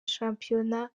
shampiyona